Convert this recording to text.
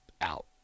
out